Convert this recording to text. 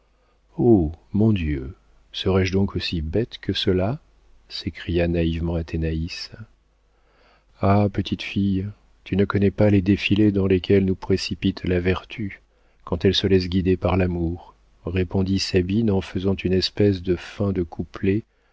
mon dieu serai-je donc aussi bête que cela s'écria naïvement athénaïs ah petite fille tu ne connais pas les défilés dans lesquels nous précipite la vertu quand elle se laisse guider par l'amour répondit sabine en faisant une espèce de fin de couplet